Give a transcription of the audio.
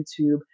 YouTube